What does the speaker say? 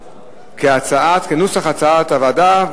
כנוסח הצעת הוועדה,